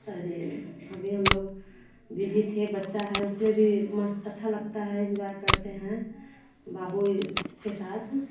अरे अभी हम लोग बिजी थे बच्चा है उसमें भी मस्त अच्छा लगता है इन्जॉय करते हैं बाबू के साथ